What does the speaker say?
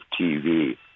TV